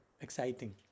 exciting